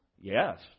Yes